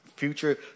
future